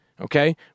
okay